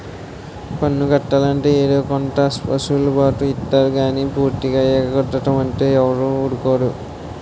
పన్ను కట్టాలంటే ఏదో కొంత ఎసులు బాటు ఇత్తారు గానీ పూర్తిగా ఎగ్గొడతాం అంటే ఎవడూరుకుంటాడు